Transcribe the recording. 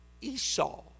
Esau